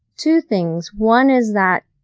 two things. one is that